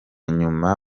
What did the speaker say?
nyuma